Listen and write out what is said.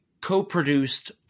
co-produced